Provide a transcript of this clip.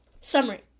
Summary